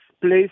place